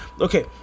okay